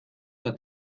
que